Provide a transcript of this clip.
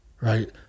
Right